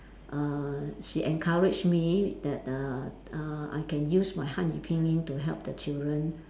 uh she encouraged me that uh uh I can use my hanyu pinyin to help the children